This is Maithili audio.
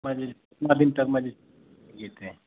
टोलमे जेतै जेतै